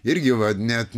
irgi va net